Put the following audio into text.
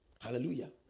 hallelujah